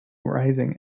rising